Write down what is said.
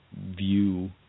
view